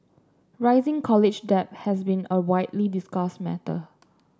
rising college debt has been a widely discussed matter